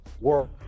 work